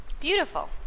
Beautiful